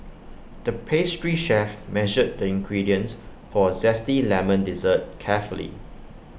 the pastry chef measured the ingredients for A Zesty Lemon Dessert carefully